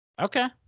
Okay